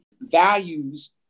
values